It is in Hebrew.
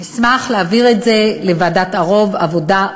אשמח להעביר את זה לוועדת העבודה,